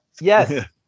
Yes